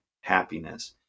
happiness